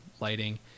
lighting